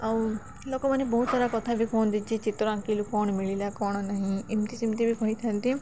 ଆଉ ଲୋକମାନେ ବହୁତ ସାରା କଥା ବି କୁହନ୍ତି ଯେ ଚିତ୍ର ଆଙ୍କିଲୁ କ'ଣ ମିଳିଲା କ'ଣ ନାହିଁ ଏମିତି ସେମିତି ବି କହିଥାନ୍ତି